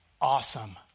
awesome